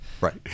Right